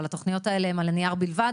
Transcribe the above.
אבל התוכניות האלה הן על הנייר בלבד,